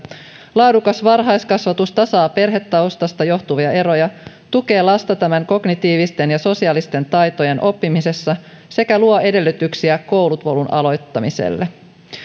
laadukas varhaiskasvatus tasaa perhetaustasta johtuvia eroja tukee lasta tämän kognitiivisten ja sosiaalisten taitojen oppimisessa sekä luo edellytyksiä koulupolun aloittamiselle